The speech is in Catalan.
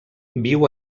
viu